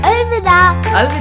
Alvida